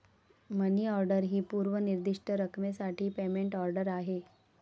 मनी order ही पूर्व निर्दिष्ट रकमेसाठी पेमेंट ऑर्डर आहे